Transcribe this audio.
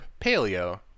paleo